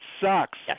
sucks